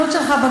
לענות לך קצת.